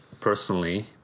personally